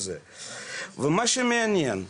ומה שמעניין,